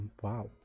wow